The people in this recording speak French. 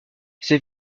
ces